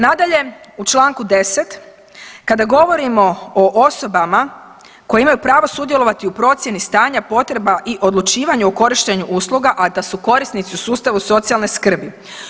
Nadalje u članku 10. kada govorimo o osobama koje imaju pravo sudjelovati u procjeni stanja potreba i odlučivanje o korištenju usluga, a da su korisnici u sustavu socijalne skrbi.